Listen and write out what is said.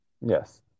Yes